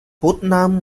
putnam